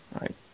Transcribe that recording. Right